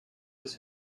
was